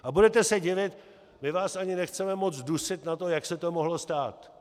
A budete se divit: my vás ani nechceme moc dusit na to, jak se to mohlo stát.